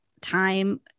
time